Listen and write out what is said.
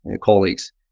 Colleagues